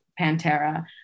pantera